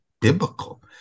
biblical